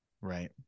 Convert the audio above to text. right